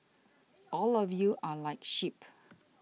all of you are like sheep